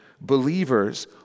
believers